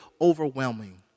overwhelming